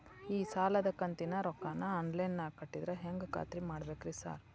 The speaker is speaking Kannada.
ಈ ಸಾಲದ ಕಂತಿನ ರೊಕ್ಕನಾ ಆನ್ಲೈನ್ ನಾಗ ಕಟ್ಟಿದ್ರ ಹೆಂಗ್ ಖಾತ್ರಿ ಮಾಡ್ಬೇಕ್ರಿ ಸಾರ್?